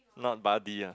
not buddy ah